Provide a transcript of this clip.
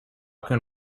can